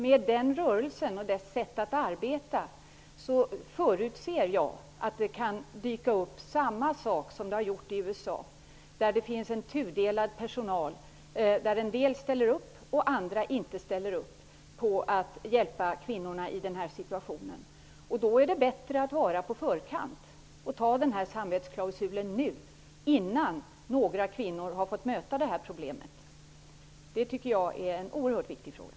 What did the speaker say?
Med den rörelsen och dess sätt att arbeta förutser jag att samma sak kan inträffa här som i USA, där personalen är tudelad; en del ställer upp andra ställer inte upp på att hjälpa kvinnorna i denna situation. Då är det bättre att ligga före och ta samvetsklausulen nu, innan några kvinnor fått möta problemet. Det tycker jag är en oerhört viktig fråga.